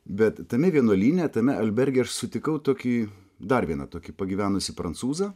bet tame vienuolyne tame alberge aš sutikau tokį dar vieną tokį pagyvenusį prancūzą